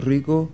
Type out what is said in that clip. Rico